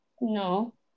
No